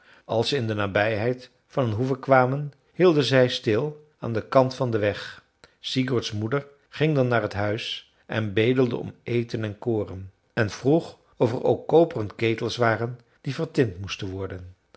als ze in de nabijheid van een hoeve kwamen hielden zij stil aan den kant van den weg sigurds moeder ging dan naar t huis en bedelde om eten en koren en vroeg of er ook koperen ketels waren die vertind moesten worden